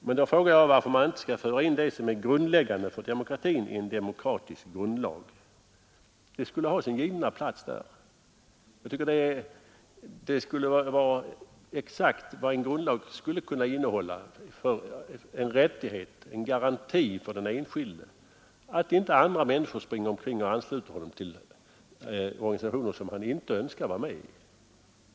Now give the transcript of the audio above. Men då frågar jag varför man inte skall föra in det som är ”grundläggande för demokratin” i en demokratisk grundlag. Det skulle ha sin givna plats där. Jag tycker det är exakt vad en grundlag skulle kunna innehålla — en rättighet, en garanti för den enskilde att inte andra människor springer omkring och ansluter honom till organisationer som han inte önskar vara med i.